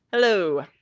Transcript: hello.